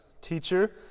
teacher